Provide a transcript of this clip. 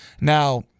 Now